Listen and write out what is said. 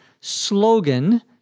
slogan